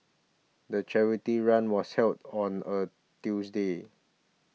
the charity run was held on a Tuesday